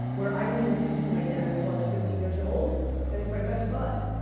where i didn't even see my dad until i was fifteen years old and he's my best bud.